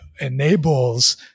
enables